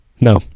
No